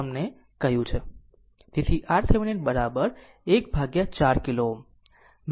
તેથી RThevenin 1 ભાગ્યા 4 kilo Ω